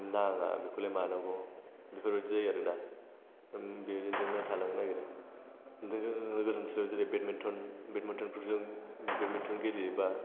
नाङा बेखौलाय मानो नांगौ बेफोरबायदि जायो आरोना बेबायदिनो थालांनो नागिरो नोगोर ओनसोलाव जेरै बेडमिन्टन गेलेयोबा